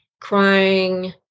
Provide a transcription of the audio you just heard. crying